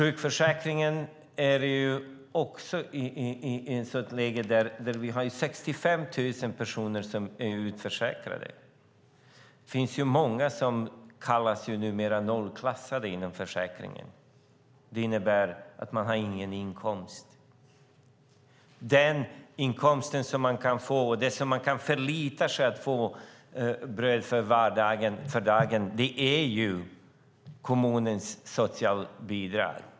När det gäller sjukförsäkringen har vi 65 000 personer som är utförsäkrade. Det finns många som numera kallas "nollklassade" inom sjukförsäkringen. Det innebär att de inte har någon inkomst. Den inkomst de kan få, det kan de förlita sig på för att få bröd för dagen, är kommunens socialbidrag.